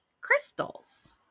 crystals